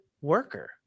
worker